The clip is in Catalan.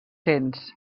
cents